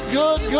good